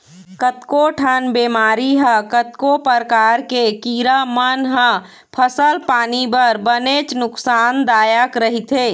कतको ठन बेमारी ह कतको परकार के कीरा मन ह फसल पानी बर बनेच नुकसान दायक रहिथे